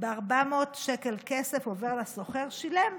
ב-400 שקל כסף עובר לסוחר, שילם,